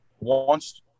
wants